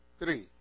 three